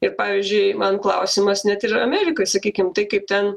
ir pavyzdžiui man klausimas net ir amerikoj sakykim tai kaip ten